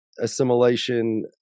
assimilation